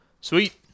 Sweet